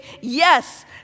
yes